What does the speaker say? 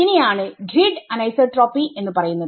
ഇതിനെയാണ് ഗ്രിഡ് അനൈസോട്രോപിഎന്ന് പറയുന്നത്